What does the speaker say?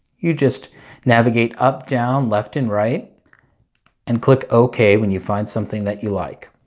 you just navigate up, down, left and right and click ok when you find something that you like.